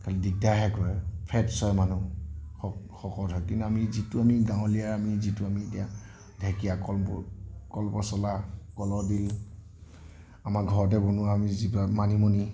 খালি দিগদাৰহে কৰে ফেটচ হয় মানুহ শ শকত হয় কিন্তু আমি যিটো আমি গাঁৱলীয়া আমি যিটো আমি এতিয়া ঢেকীয়া কলমৌ কলপচলা কলদিল আমাৰ ঘৰতে বনোৱা আমি যিবিলাক মানিমুনি